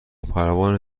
پروانه